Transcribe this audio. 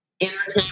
Entertainment